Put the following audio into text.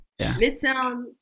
midtown